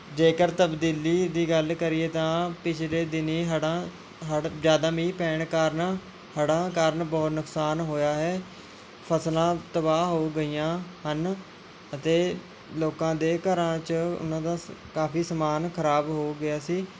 ਜੇਕਰ ਤਬਦੀਲੀ ਦੀ ਗੱਲ ਕਰੀਏ ਤਾਂ ਪਿਛਲੇ ਦਿਨੀ ਹੜ੍ਹਾਂ ਹੜ੍ਹ ਜ਼ਿਆਦਾ ਮੀਂਹ ਪੈਣ ਕਾਰਨ ਹੜ੍ਹਾਂ ਕਾਰਨ ਬਹੁਤ ਨੁਕਸਾਨ ਹੋਇਆ ਹੈ ਫਸਲਾਂ ਤਬਾਹ ਹੋ ਗਈਆਂ ਹਨ ਅਤੇ ਲੋਕਾਂ ਦੇ ਘਰਾਂ 'ਚ ਉਹਨਾਂ ਦਾ ਸ ਕਾਫੀ ਸਮਾਨ ਖਰਾਬ ਹੋ ਗਿਆ ਸੀ